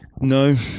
No